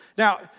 Now